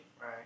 right